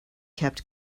kept